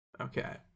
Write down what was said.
okay